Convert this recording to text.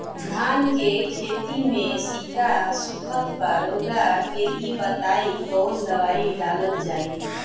धान के खेती में सिक्का सुखत बा रउआ के ई बताईं कवन दवाइ डालल जाई?